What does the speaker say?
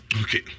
Okay